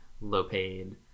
low-paid